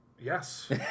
Yes